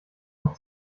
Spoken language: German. noch